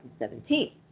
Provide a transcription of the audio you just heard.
2017